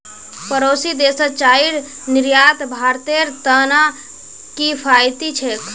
पड़ोसी देशत चाईर निर्यात भारतेर त न किफायती छेक